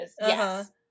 Yes